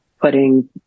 putting